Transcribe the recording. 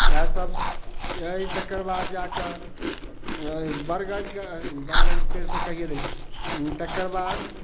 इएह सभ इहे हइ तकर बाद जाकऽ बड़गदके बड़गदके पेड़ तऽ कहिये देली तकर बाद